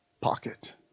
pocket